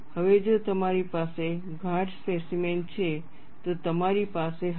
હવે જો તમારી પાસે ગાઢ સ્પેસીમેન છે તો તમારી પાસે હશે